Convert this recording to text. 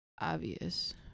obvious